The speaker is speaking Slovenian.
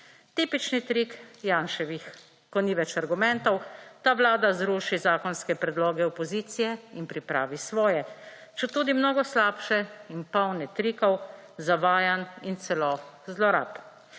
Tipični trik Janševih, ko ni več argumentov ta vlada zruši zakonske predloge opozicije in pripravi svoje, četudi mnogo slabše in polne trikov, zavajanj in celo zlorab.